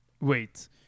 wait